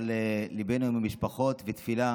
אבל ליבנו עם המשפחות ותפילה